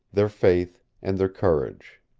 their faith and their courage.